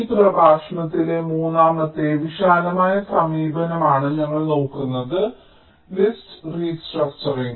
ഈ പ്രഭാഷണത്തിലെ മൂന്നാമത്തെ വിശാലമായ സമീപനമാണ് ഞങ്ങൾ നോക്കുന്നത് ലിസ്റ്റ് റീസ്ട്രക്ച്ചറിങ്